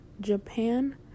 Japan